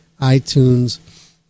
iTunes